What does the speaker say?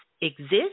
exist